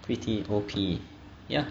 pretty O_P ya